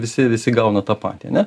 visi visi gauna tą patį ane